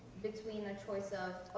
between the choice of, oh,